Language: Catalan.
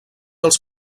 els